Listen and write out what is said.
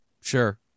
Sure